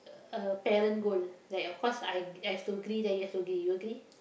a a parent goal like of course I I have to agree then you have to agree you agree